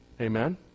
Amen